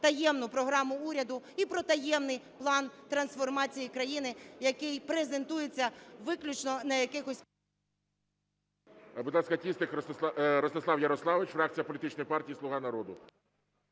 таємну програму уряду і про таємний план трансформації країни, який презентується виключно на якихось...